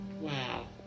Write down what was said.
Wow